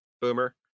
Boomer